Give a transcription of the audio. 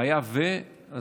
והיה אם,